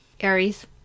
Aries